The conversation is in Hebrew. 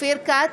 אופיר כץ,